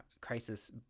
crisis